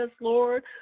lord